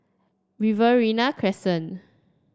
Riverina Crescent